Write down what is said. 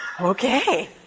Okay